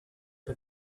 but